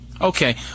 Okay